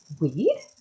weed